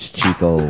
Chico